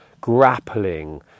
Grappling